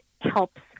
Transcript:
helps